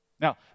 Now